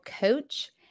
coach